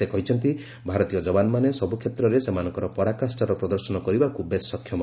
ସେ କହିଛନ୍ତି ଭାରତୀୟ ଜବାନମାନେ ସବୁକ୍ଷେତ୍ରରେ ସେମାନଙ୍କର ପରାକାଷାର ପ୍ରଦର୍ଶନ କରିବାକୁ ବେଶ୍ ସକ୍ଷମ